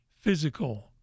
physical